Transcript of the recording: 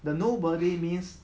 the nobody means